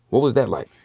what was that like?